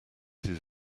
his